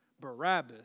Barabbas